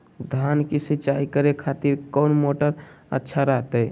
धान की सिंचाई करे खातिर कौन मोटर अच्छा रहतय?